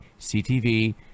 ctv